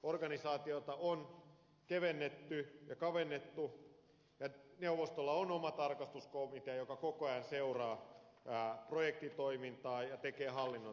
organisaatiota on kevennetty ja kavennettu ja neuvostolla on oma tarkastuskomitea joka koko ajan seuraa projektitoimintaa ja tekee hallinnon tarkastelua